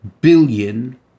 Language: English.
billion